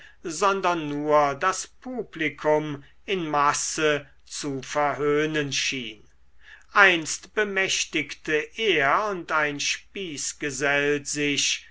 sondern nur das publikum in masse zu verhöhnen schien einst bemächtigte er und ein spießgesell sich